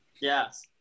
Yes